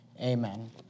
Amen